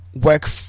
work